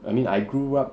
I mean I grew up